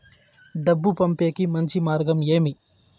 డబ్బు పంపేకి మంచి మార్గం ఏమి